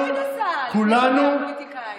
אבל יאיר לפיד עשה לפני שהוא נהיה פוליטיקאי.